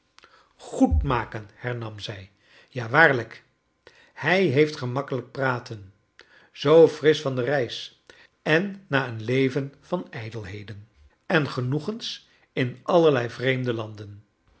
goed maken hernam zij ja waarlrjk hij heeft gemakkelijk praten zoo frisch van de reis en na een leven van ijdelbeden en genoegens in allerlei vreemde landen